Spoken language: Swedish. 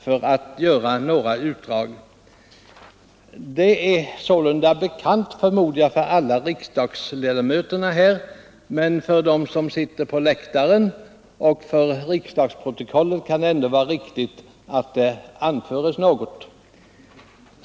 Jag förmodar att de är bekanta för alla riksdagsledamöter, men för dem som sitter på läktaren och för riksdagsprotokollet kan det ändå vara av värde att anföra några yttranden.